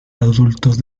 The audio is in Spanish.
adultos